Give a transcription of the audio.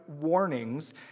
warnings